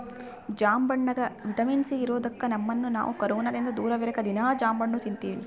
ಜಾಂಬಣ್ಣಗ vitamin C ಇರದೊಕ್ಕ ನಮ್ಮನ್ನು ನಾವು ಕೊರೊನದಿಂದ ದೂರವಿರಕ ದೀನಾ ಜಾಂಬಣ್ಣು ತಿನ್ತಿವಿ